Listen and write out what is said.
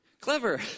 Clever